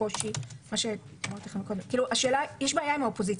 יש בעיה עם האופוזיציה,